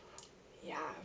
ya